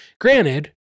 Granted